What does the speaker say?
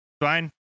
Fine